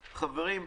חברים,